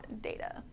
Data